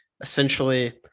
essentially